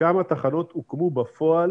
כמה תחנות הוקמו בפועל